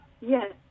yes